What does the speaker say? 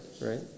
right